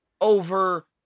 over